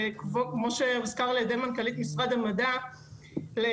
וכמו שהוזכר על-ידי מנכ"לית משרד המדע,